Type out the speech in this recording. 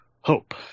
hope